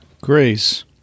Grace